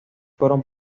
fueron